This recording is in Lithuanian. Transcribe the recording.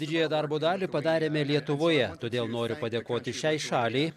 didžiąją darbo dalį padarėme lietuvoje todėl noriu padėkoti šiai šaliai